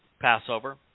Passover